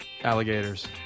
Alligators